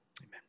Amen